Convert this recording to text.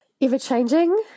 Ever-changing